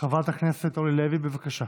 חברת הכנסת אורלי לוי, בבקשה.